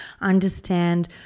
Understand